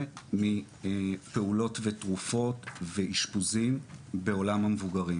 מפעולות ותרופות ואשפוזים בעולם המבוגרים.